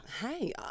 Hey